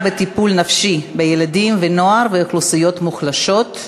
בטיפול נפשי בילדים ונוער ואוכלוסיות מוחלשות,